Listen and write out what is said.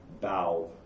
bow